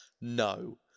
no